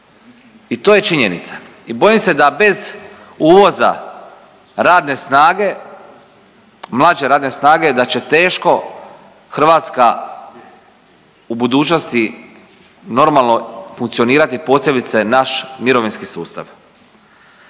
i to je činjenica. I bojim se da bez uvoza radne snage, mlađe radne snage da će teško Hrvatska u budućnosti normalno funkcionirati posebice naš mirovinski sustav.